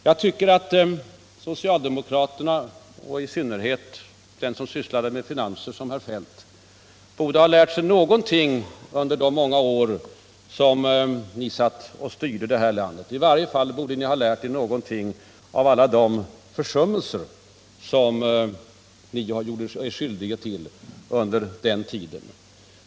Jag tycker att socialdemokraterna och i synnerhet de som sysslade med finansen, som herr Feldt, borde ha lärt sig någonting under de många år som ni satt och styrde det här landet. I varje fall borde ni ha lärt er någonting av alla de försummelser som ni gjorde er skyldiga till under den tiden.